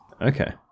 okay